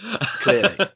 clearly